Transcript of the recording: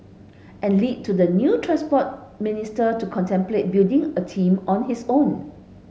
and led to the new Transport Minister to contemplate building a team on his own